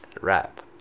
wrap